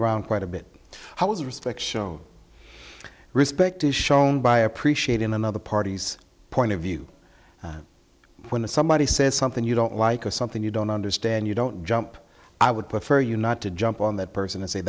around quite a bit i was respect shown respect is shown by appreciating the other party's point of view when somebody says something you don't like or something you don't understand you don't jump i would prefer you not to jump on that person and say